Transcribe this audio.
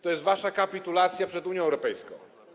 To jest wasza kapitulacja przed Unią Europejską.